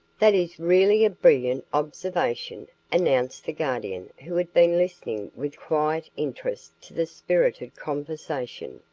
that is really a brilliant observation, announced the guardian who had been listening with quiet interest to the spirited conversation.